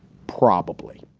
probably.